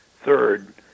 Third